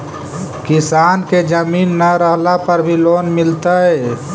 किसान के जमीन न रहला पर भी लोन मिलतइ?